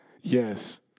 Yes